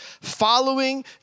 following